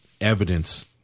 evidence